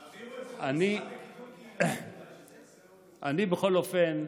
תעבירו את זה, בכל אופן,